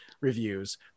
reviews